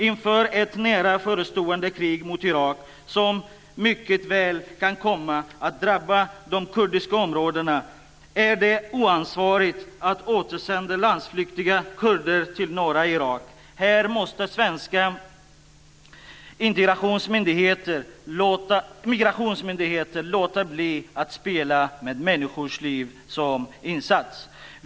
Inför ett nära förestående krig mot Irak, som mycket väl kan komma att drabba de kurdiska områdena, är det oansvarigt att återsända landsflyktiga kurder till norra Irak. Svenska migrationsmyndigheter måste låta bli att spela med människors liv som insats.